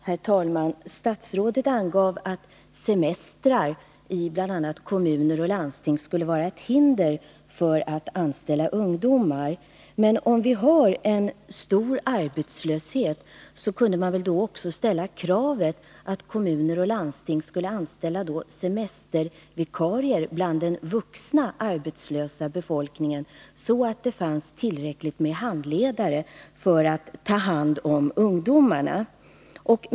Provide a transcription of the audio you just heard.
Herr talman! Statsrådet angav att bl.a. semestrar i kommuner och landsting skulle vara ett hinder för anställning av ungdomar. Men när vi har stor arbetslöshet kunde man väl ställa kravet att kommuner och landsting skulle anställa semestervikarier bland den vuxna arbetslösa befolkningen, så att det fanns tillräckligt med handledare för att ta hand om ungdomarna.